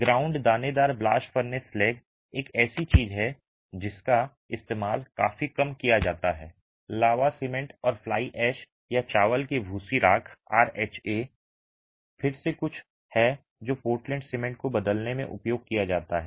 ground दानेदार blast furnace slag एक ऐसी चीज है जिसका इस्तेमाल काफी कम किया जाता है लावा सीमेंट और फ्लाई ऐश या चावल की भूसी राख आरएचए फिर से कुछ है जो पोर्टलैंड सीमेंट को बदलने में उपयोग किया जाता है